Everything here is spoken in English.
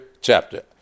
chapter